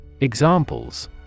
Examples